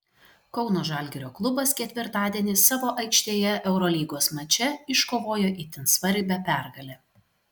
kauno žalgirio klubas ketvirtadienį savo aikštėje eurolygos mače iškovojo itin svarbią pergalę